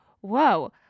whoa